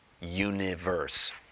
universe